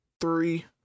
three